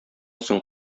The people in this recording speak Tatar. соң